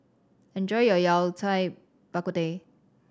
enjoy your Yao Cai Bak Kut Teh